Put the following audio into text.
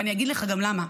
ואני אגיד לך גם למה: